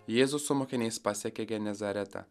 jėzus su mokiniais pasiekė genizaretą